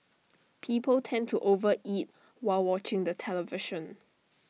people tend to over eat while watching the television